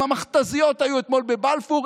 אם המכת"זיות היו אתמול בבלפור,